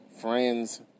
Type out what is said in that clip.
friends